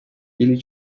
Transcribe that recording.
или